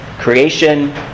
Creation